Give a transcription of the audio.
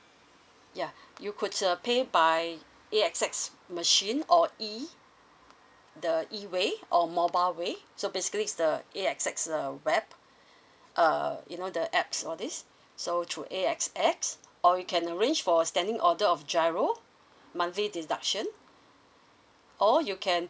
ya you could uh pay by A_X_S machine or E the E way or mobile way so basically is the A_X_S uh web err you know the apps all these so through A_X_S or you can arrange for a standing order of GIRO monthly deduction or you can